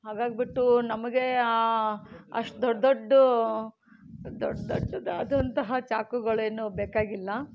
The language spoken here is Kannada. ಹಾಗಾಗ್ಬಿಟ್ಟು ನಮಗೆ ಅಷ್ಟು ದೊಡ್ಡ ದೊಡ್ಡ ದೊಡ್ಡ ದೊಡ್ಡದಾದಂತಹ ಚಾಕುಗಳೇನು ಬೇಕಾಗಿಲ್ಲ